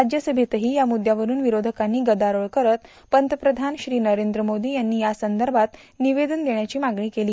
राज्यसभेतही या मुद्यावरून विरोधकांनी गदारोळ करत पंतप्रधान श्री नरेंद्र मोदी यांनी यासंदर्भात निवेदन देण्याची मागणी केली